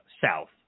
south